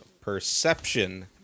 Perception